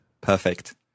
Perfect